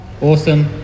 Awesome